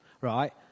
right